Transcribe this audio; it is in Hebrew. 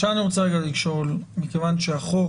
מכיוון שהחוק